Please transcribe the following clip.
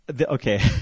okay